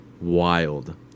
wild